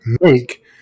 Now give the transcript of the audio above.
make